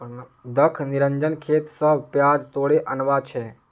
दख निरंजन खेत स प्याज तोड़े आनवा छै